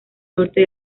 norte